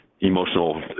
emotional